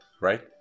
right